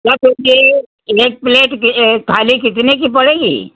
कह ये थे कि एक प्लेट थाली कितने की पड़ेगी